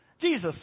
Jesus